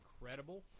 incredible